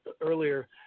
earlier